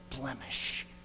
blemish